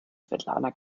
svetlana